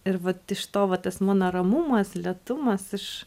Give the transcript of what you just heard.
ir vat iš to va tas mano ramumas lėtumas iš